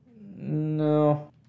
No